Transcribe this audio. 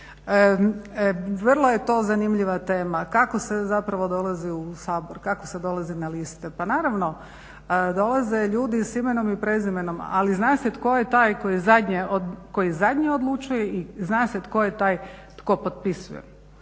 To je vrlo zanimljiva tema kako se zapravo dolazi u Sabor, kako se dolazi na liste. Pa naravno dolaze ljudi s imenom i prezimenom ali zna se tko je taj koji zadnji odlučuje i zna se tko je taj tko potpisuje